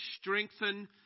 strengthen